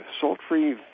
salt-free